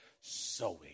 sowing